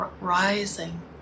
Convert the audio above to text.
rising